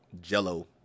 jello